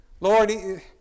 Lord